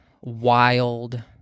wild